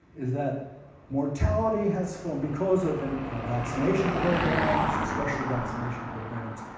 is that mortality has fallen because of and vaccination programs, especially vaccination programs,